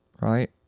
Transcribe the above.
Right